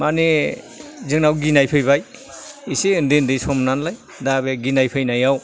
माने जोंनाव गिनाय फैबाय एसे उन्दै उन्दै सम नालाय दा बे गिनाय फैनायाव